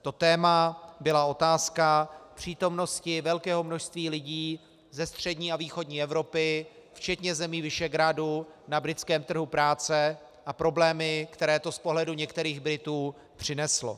To téma byla otázka přítomnosti velkého množství lidí ze střední a východní Evropy včetně zemí Visegrádu na britském trhu práce a problémy, které to z pohledu některých Britů přineslo.